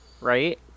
right